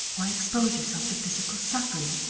why expose yourself to physical suffering?